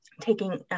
taking